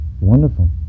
wonderful